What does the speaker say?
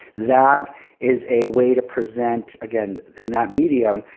that is a way to present. again in that medium,